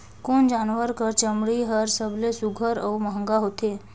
कोन जानवर कर चमड़ी हर सबले सुघ्घर और महंगा होथे?